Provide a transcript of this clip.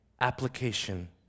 application